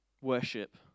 worship